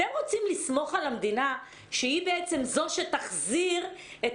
אתם רוצים לסמוך על המדינה שהיא בעצם זו שתחזיר את